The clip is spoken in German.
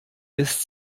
ist